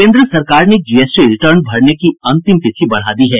केन्द्र सरकार ने जीएसटी रिटर्न भरने की अंतिम तिथि बढ़ा दी है